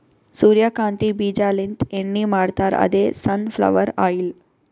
ಸೂರ್ಯಕಾಂತಿ ಬೀಜಾಲಿಂತ್ ಎಣ್ಣಿ ಮಾಡ್ತಾರ್ ಅದೇ ಸನ್ ಫ್ಲವರ್ ಆಯಿಲ್